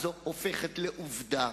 אז זו הופכת לעובדה.